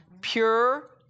pure